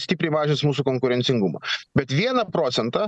stipriai mažins mūsų konkurencingumą bet vieną procentą